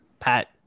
pat